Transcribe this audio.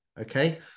okay